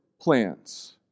plans